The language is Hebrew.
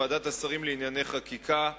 ועדת השרים לענייני חקיקה,